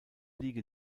liege